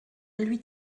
lui